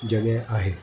जॻहि आहे